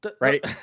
Right